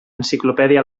enciclopèdia